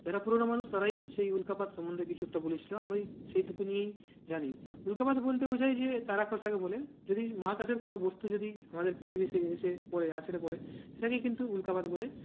যারা পুরানো মানুষ তারাই সেই উল্কাপাত সম্বন্ধে কিছু একটা বলেছিলো আমি সেইটুকু নিয়েই জানি উল্কাপাত বলতে বোঝায় যে তারা খসাকে বলে যদি মহাকাশের কোনো বস্তু যদি আমাদের পৃথিবী সে এসে পরে আছড়ে পরে সেটাকে কিন্তু উল্কাপাত বলে